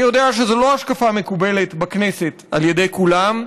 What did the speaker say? אני יודע שזו לא השקפה מקובלת בכנסת על ידי כולם.